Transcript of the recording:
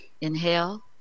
inhale